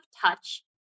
touch